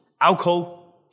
Alcohol